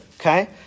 okay